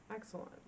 Excellent